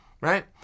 right